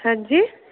हांजी